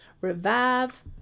revive